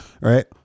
right